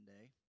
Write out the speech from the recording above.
day